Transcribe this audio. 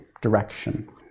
direction